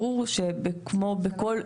ברור שכמו בכל,